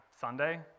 Sunday